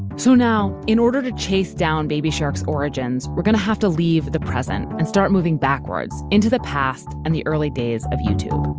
so now, in order to chase down baby shark's origins, we're going to have to leave the present and start moving backwards into the past and the early days of youtube